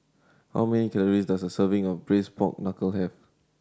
how many calories does a serving of Braised Pork Knuckle have